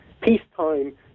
Peacetime